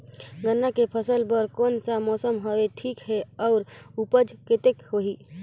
गन्ना के फसल बर कोन सा मौसम हवे ठीक हे अउर ऊपज कतेक होही?